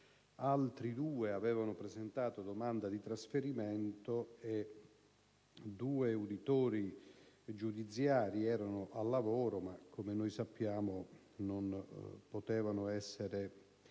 altri due avevano presentato domanda di trasferimento e due uditori giudiziari erano al lavoro, ma, come sappiamo, non potevano essere